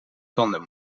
tanden